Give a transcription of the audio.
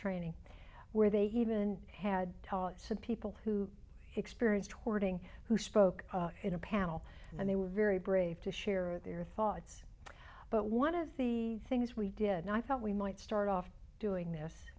training where they even had some people who experienced hoarding who spoke in a panel and they were very brave to share their thoughts but one of the things we did i thought we might start off doing this